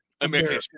American